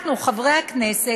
אנחנו, חברי הכנסת,